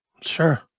Sure